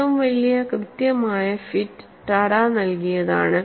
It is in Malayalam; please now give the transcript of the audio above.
ഏറ്റവും വലിയ കൃത്യമായ ഫിറ്റ് ടഡ നൽകിയതാണ്